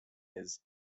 his